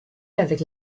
avec